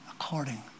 according